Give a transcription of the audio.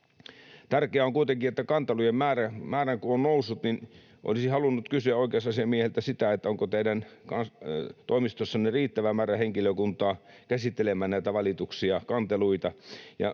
eteenpäin. Nyt kun kantelujen määrä on noussut, olisin halunnut kysyä oikeusasiamieheltä, onko teidän toimistossanne riittävä määrä henkilökuntaa käsittelemään näitä valituksia, kanteluita.